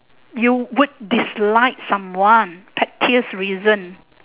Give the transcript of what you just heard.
you would dislike someone pettiest reason